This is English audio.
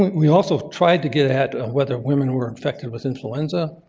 we also tried to get at and whether women were infected with influenza.